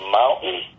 mountain